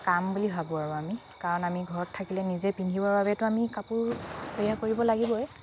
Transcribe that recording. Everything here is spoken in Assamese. কাম বুলি ভাবোঁ আৰু আমি কাৰণ আমি ঘৰত থাকিলে নিজে পিন্ধিবৰ বাবেতো আমি কাপোৰ তৈয়াৰ কৰিব লাগিবই